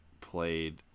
played